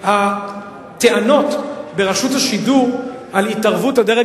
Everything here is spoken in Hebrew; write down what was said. שהטענות ברשות השידור על התערבות הדרג